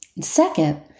second